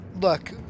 Look